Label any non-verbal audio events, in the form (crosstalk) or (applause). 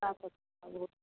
(unintelligible)